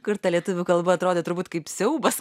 kur ta lietuvių kalba atrodė turbūt kaip siaubas